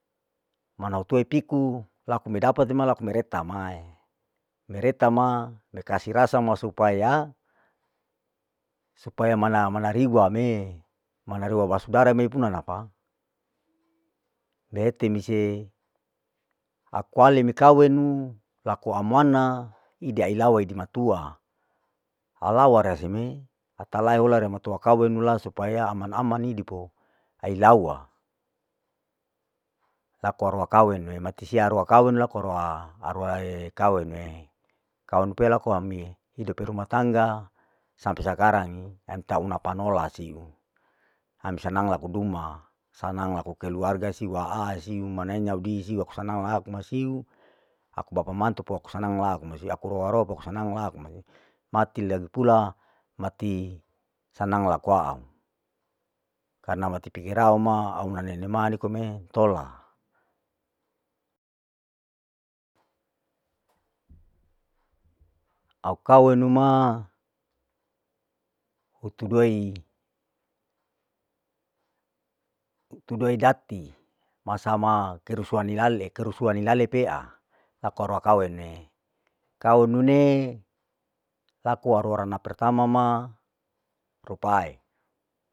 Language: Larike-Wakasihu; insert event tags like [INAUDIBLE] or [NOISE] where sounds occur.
Mana uteu piku laku medapate ma laku mereta mai, mereta ma bekas irasa ma supaya, supaya mana mana riwa me, mana rima basudara mei puna napa, [NOISE] lehetimise aku ale mikawenu laku amnah di ailawai dimatua, alawa riya seme atalawe ola riya matola kawenu ma supaya aman aman ni dipo, hai lawa laku aroa kawenu mati isia kawenu laku aro, aroa ekawenue, kaweni pea laku amie hidop rumah tangga sampe sangangi entah una panola siu, ami sanang laku duma, sanang laku keluarga siu siwa ai siu mananyaudi aku sanang lalu ma siu, aku bapa mantu pun aku sanang laku masiu laku roa roa pokok aku sanang laku mae, mati lagi pula mati sanang laku aau, karna mati piarau ma au una nenema nikome intola, [NOISE] au kawenu ma hutuduaidati, masama kerusuhan hilale, kerusuhan hilale pea, aku arua kaweng ne, kawenune laku aroa ana pertama ma rupae